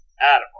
Adam